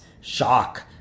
shock